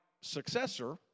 successor